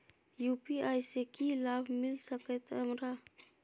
UPI से की लाभ मिल सकत हमरा?